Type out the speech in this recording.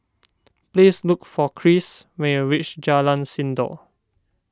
please look for Cris when you reach Jalan Sindor